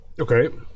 Okay